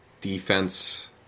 defense